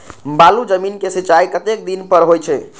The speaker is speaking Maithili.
बालू जमीन क सीचाई कतेक दिन पर हो छे?